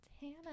Hannah